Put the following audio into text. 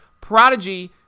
Prodigy